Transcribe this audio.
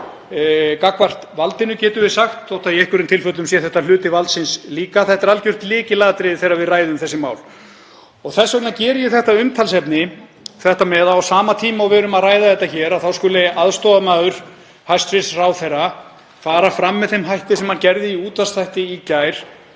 gagnvart valdinu, getum við sagt, þótt í einhverjum tilfellum sé þetta hluti valdsins líka. Þetta er algjört lykilatriði þegar við ræðum þessi mál. Þess vegna geri ég það að umtalsefni að á sama tíma og við erum að ræða þetta hér þá skuli aðstoðarmaður hæstv. ráðherra fara fram með þeim hætti sem hann gerði í útvarpsþætti í gær.